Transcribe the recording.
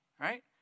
right